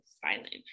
silent